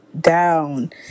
down